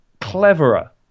cleverer